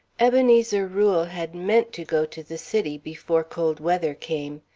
ebenezer rule had meant to go to the city before cold weather came.